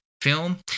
film